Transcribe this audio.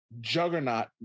juggernaut